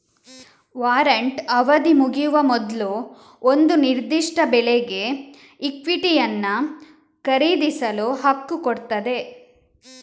warrant ಅವಧಿ ಮುಗಿಯುವ ಮೊದ್ಲು ಒಂದು ನಿರ್ದಿಷ್ಟ ಬೆಲೆಗೆ ಇಕ್ವಿಟಿಯನ್ನ ಖರೀದಿಸಲು ಹಕ್ಕು ಕೊಡ್ತದೆ